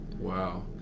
Wow